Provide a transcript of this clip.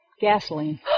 gasoline